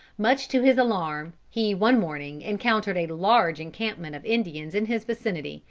much to his alarm, he one morning encountered a large encampment of indians in his vicinity,